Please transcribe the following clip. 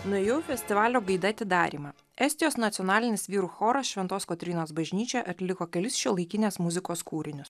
nuėjau į festivalio gaida atidarymą estijos nacionalinis vyrų choras šventos kotrynos bažnyčioje atliko kelis šiuolaikinės muzikos kūrinius